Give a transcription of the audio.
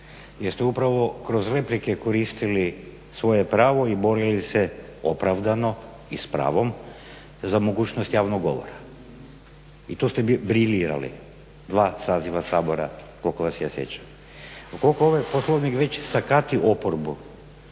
ste upravo kroz replike koristili svoje pravo i borili se opravdano i s pravom, za mogućnost javnog govora. I tu ste briljirali, dva saziva Sabora koliko se ja sjećam. Ukoliko ovaj Poslovnik već sakati oporbu